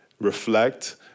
reflect